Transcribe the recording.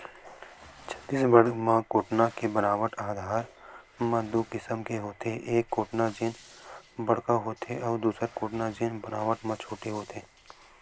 छत्तीसगढ़ म कोटना बनावट के आधार म दू किसम के होथे, एक कोटना जेन बड़का होथे अउ दूसर कोटना जेन बनावट म छोटे होथे